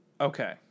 Okay